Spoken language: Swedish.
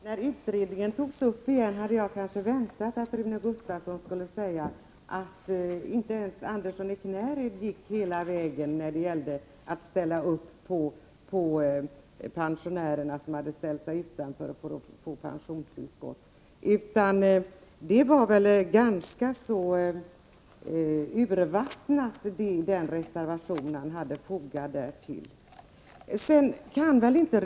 Herr talman! När utredningen togs upp igen hade jag väntat att Rune Gustavsson skulle säga att inte ens Alvar Andersson i Knäred gick hela vägen när det gällde att värna om de pensionärer som ställt sig utanför möjligheten att få pensionstillskott. Alvar Anderssons reservation i det sammanhanget var väl ganska så urvattnad.